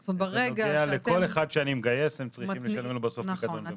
זה נוגע לכל אחד שאני מגייס הם צריכים לשלם לו בסוף פקדון.